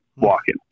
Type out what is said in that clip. walking